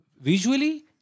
Visually